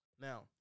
Now